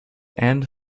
and